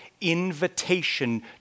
invitation